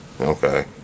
Okay